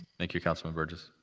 thank you, councilman burgess.